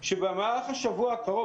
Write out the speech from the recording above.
שבמהלך השבוע הקרוב,